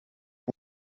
want